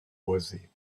boisé